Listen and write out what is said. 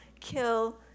kill